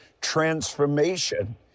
transformation